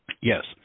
yes